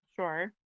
Sure